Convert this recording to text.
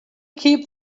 keep